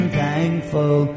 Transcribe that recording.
thankful